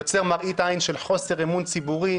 יוצר מראית עין של חוסר אמון ציבורי,